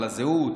על הזהות,